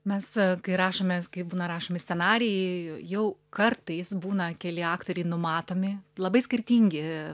mes kai rašome kai būna rašomi scenarijai jau kartais būna keli aktoriai numatomi labai skirtingi